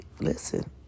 listen